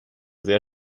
sehr